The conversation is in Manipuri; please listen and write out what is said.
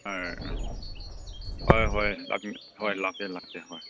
ꯍꯣꯏ ꯍꯣꯏ ꯍꯣꯏ ꯂꯥꯛꯀꯦ ꯂꯥꯛꯀꯦ ꯍꯣꯏ